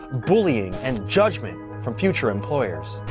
bullying, and judgment from future employers?